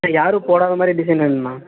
இல்லை யாரும் போடாத மாதிரி டிசைன் வேணுண்ணா